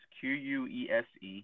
Q-U-E-S-E